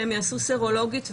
שהם יעשו סרולוגית ואז,